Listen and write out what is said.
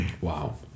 Wow